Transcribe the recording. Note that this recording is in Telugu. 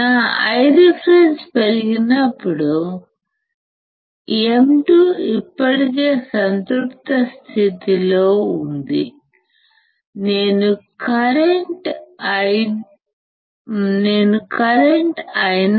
నా Ireference పెరిగినప్పుడు M2 ఇప్పటికే సంతృప్త స్థితిలో ఉంది నేను కరెంట్ Io